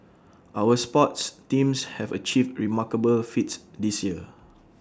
our sports teams have achieved remarkable feats this year